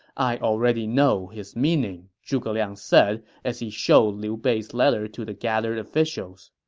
i already know his meaning, zhuge liang said as he showed liu bei's letter to the gathered officials.